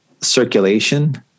circulation